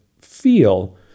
feel